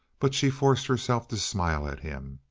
but she forced herself to smile at him,